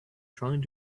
trying